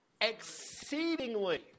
exceedingly